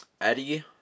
Eddie